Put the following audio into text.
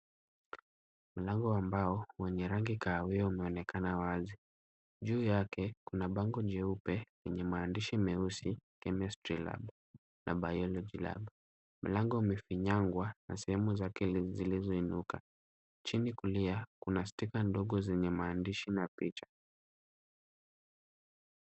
Mlango wa mbao wenye rangi kahawia umeonekana wazi. Juu yake kuna bango jeupe lenye maandishi meusi Chemistry lab na Biology lab . Mlango umefinyangwa na sehemu zake zilizoinuka. Chini kulia kuna stika ndogo zenye maandishi na picha.